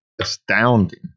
astounding